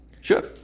sure